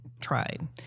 tried